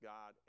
God